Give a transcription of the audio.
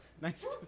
Nice